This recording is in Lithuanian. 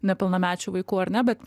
nepilnamečių vaikų ar ne bet